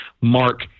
Mark